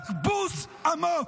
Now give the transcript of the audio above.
רק בוז עמוק.